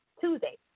Tuesday